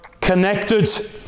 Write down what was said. connected